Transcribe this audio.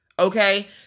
Okay